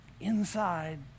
inside